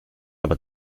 aber